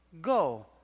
go